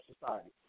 society